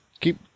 keep